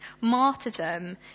Martyrdom